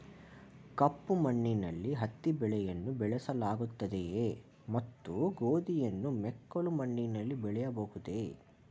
ಕಪ್ಪು ಮಣ್ಣಿನಲ್ಲಿ ಹತ್ತಿ ಬೆಳೆಯನ್ನು ಬೆಳೆಸಲಾಗುತ್ತದೆಯೇ ಮತ್ತು ಗೋಧಿಯನ್ನು ಮೆಕ್ಕಲು ಮಣ್ಣಿನಲ್ಲಿ ಬೆಳೆಯಬಹುದೇ?